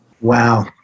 wow